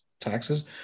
taxes